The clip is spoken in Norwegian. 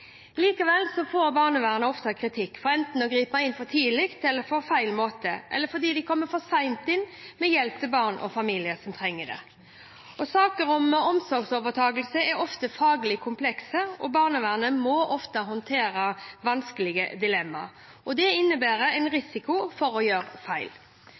Likevel får barnevernet ofte kritikk for enten å gripe inn for tidlig eller på feil måte, eller fordi de kommer for sent inn med hjelp til barn og familier som trenger det. Saker om omsorgsovertakelse er ofte faglig komplekse, og barnevernet må ofte håndtere vanskelige dilemmaer. Det innebærer en risiko for at det gjøres feil.